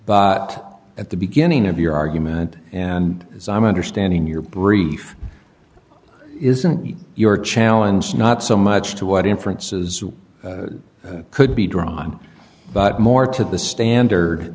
but at the beginning of your argument and as i'm understanding your brief isn't your challenge not so much to what inferences could be drawn but more to the standard